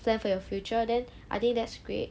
plan for your future then I think that's great